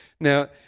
Now